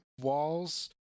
walls